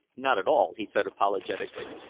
not at all, he said apologetically.